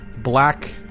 black